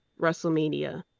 wrestlemania